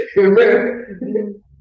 Amen